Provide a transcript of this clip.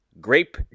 grape